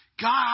God